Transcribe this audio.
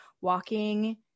walking